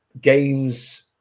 games